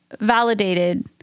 validated